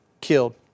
killed